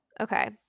okay